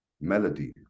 melody